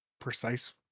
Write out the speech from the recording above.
precise